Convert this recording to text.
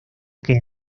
que